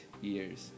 years